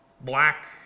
black